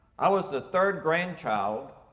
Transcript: i was the third grandchild,